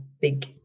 big